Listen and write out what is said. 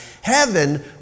heaven